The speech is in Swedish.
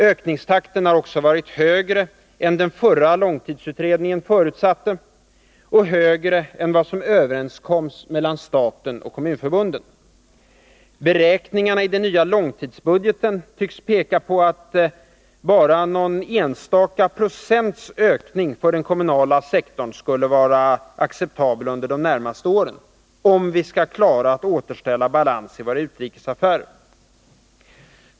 Ökningstakten har också varit högre än den förra långtidsutredningen förutsatte — och högre än vad som överenskoms mellan staten och kommunförbunden. Beräkningarna i den nya långtidsbudgeten tycks peka på att bara någon enstaka procents ökning för den kommunala sektorn skulle vara acceptabel under de närmaste åren, om vi skall klara att återställa balans i våra utrikesaffärer.